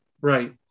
Right